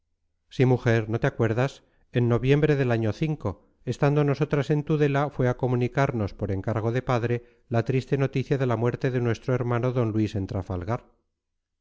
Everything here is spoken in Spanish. sí mujer no te acuerdas en noviembre del año estando nosotras en tudela fue a comunicarnos por encargo de padre la triste noticia de la muerte de nuestro hermano d luis en trafalgar